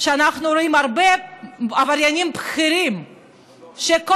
שאנחנו רואים הרבה עבריינים בכירים שכל